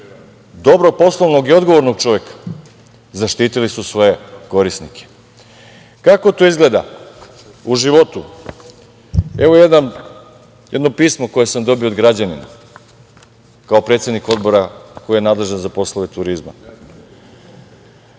dobro poslovnog i odgovornog čoveka, zaštitili su svoje korisnike. Kako to izgleda u životu? Evo jedno pismo koje sam dobio od građanina, kao predsednik Odbora koji je nadležan za poslove turizma. Građanin